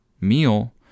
meal